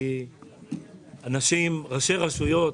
ראשי רשויות